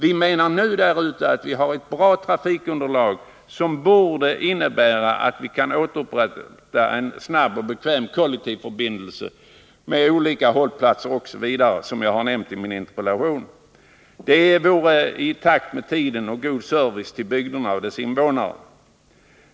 Vi menar att det nu finns ett bra trafikunderlag, som borde innebära att vi kan återupprätta en snabb och bekväm förbindelse med olika hållplatser etc. i likhet med vad jag har nämnt i min interpellation. Det vore i takt med tiden och skulle ge god service till bygderna och deras invånare.